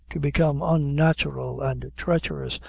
to become unnatural and treacherous,